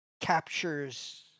captures